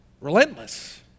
Relentless